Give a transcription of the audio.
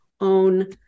own